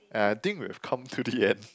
and I think we've come to the end